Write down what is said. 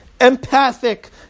empathic